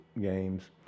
games